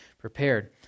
prepared